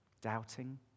doubting